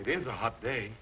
is a hot day